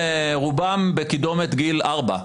רובם בקידומת גיל ארבע,